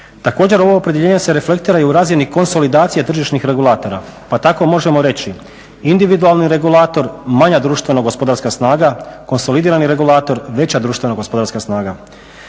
Također, ovo opredjeljenje se reflektira i u razini konsolidaciji tržišnih regulatora, pa tako možemo reći individualni regulator, manja društveno-gospodarska snaga, konsolidirani regulator veća društveno-gospodarska snaga.